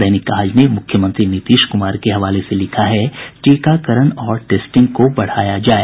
दैनिक आज ने मुख्यमंत्री नीतीश कुमार के हवाले से लिखा है टीकाकरण और टेस्टिंग को बढ़ाया जाए